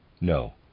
No